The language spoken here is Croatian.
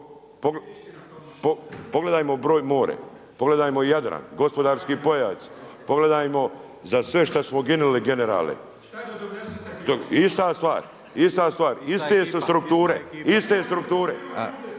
Pogledajmo more, pogledajmo Jadran, gospodarski pojas. Pogledajmo za sve što smo ginuli generale. …/Upadica sa strane,